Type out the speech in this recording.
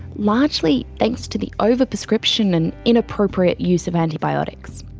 largely thanks to the over-prescription and inappropriate use of antibiotics.